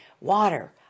water